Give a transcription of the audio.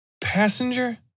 Passenger